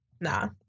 nah